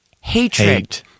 hatred